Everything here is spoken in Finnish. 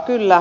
kyllä